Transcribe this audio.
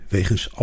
Wegens